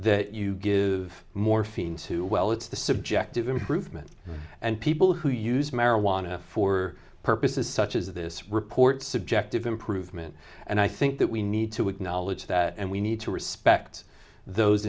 that you give morphine to well it's the subjective improvement and people who use marijuana for purposes such as this report subjective improvement and i think that we need to acknowledge that and we need to respect those